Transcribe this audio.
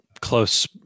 close